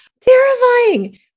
Terrifying